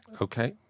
okay